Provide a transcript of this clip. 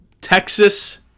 Texas